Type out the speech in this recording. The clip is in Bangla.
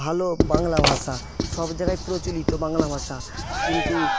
ভালো বাংলা ভাষা সব জায়গায় প্রচলিত বাংলা ভাষা কিন্তু